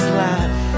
laugh